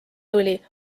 tuli